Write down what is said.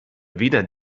weder